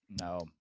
no